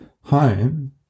home